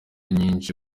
nyinshi